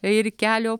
ir kelio